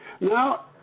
Now